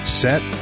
set